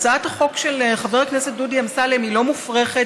הצעת החוק של חבר הכנסת דודי אמסלם היא לא מופרכת,